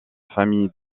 famille